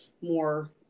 more